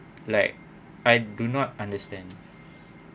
like I do not understand